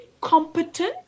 competent